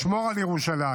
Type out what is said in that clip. לשמור על ירושלים.